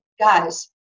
guys